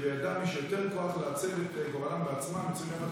שבידם יש יותר כוח לעצב את גורלם בעצמם ---".